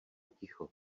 ticho